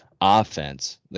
offense